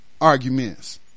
arguments